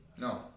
no